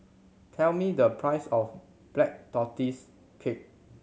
tell me the price of Black Tortoise Cake